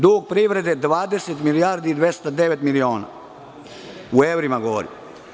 Dug privrede 20 milijardi i 209 miliona, u evrima govorim.